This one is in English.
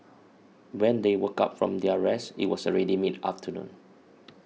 when they woke up from their rest it was already mid afternoon